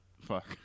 fuck